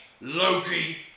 Loki